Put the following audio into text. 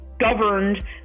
governed